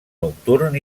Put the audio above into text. nocturn